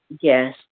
Yes